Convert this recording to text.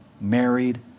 married